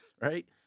right